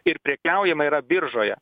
ir prekiaujama yra biržoje